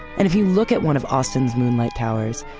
and if you look at one of austin's moonlight towers,